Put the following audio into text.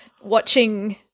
watching